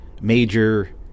major